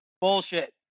Bullshit